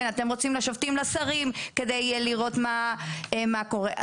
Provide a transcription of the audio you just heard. אתם רוצים שופטים לשרים כדי לראות מה קורה.